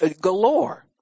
galore